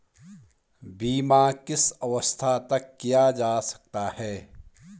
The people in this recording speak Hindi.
बीमा किस अवस्था तक किया जा सकता है?